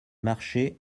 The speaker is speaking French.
marché